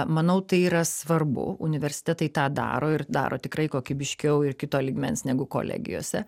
manau tai yra svarbu universitetai tą daro ir daro tikrai kokybiškiau ir kito lygmens negu kolegijose